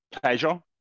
pleasure